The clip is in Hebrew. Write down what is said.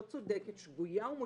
לא צודקת ושגויה ומוטעית,